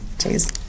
Cheers